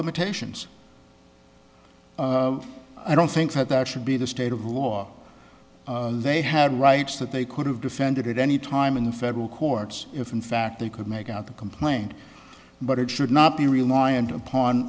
limitations i don't think that that should be the state of law they had rights that they could have defended at any time in the federal courts if in fact they could make out the complaint but it should not be reliant upon